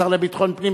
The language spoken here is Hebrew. השר לביטחון פנים,